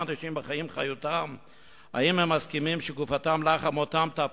חביב אדם שנברא בצלם.